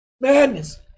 Madness